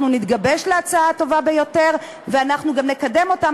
אנחנו נתגבש להצעה הטובה ביותר ואנחנו גם נקדם אותה,